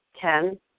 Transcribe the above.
Ten